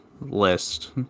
list